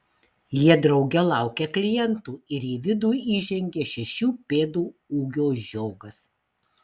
jie drauge laukia klientų ir į vidų įžengia šešių pėdų ūgio žiogas